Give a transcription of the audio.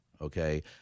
okay